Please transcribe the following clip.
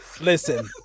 listen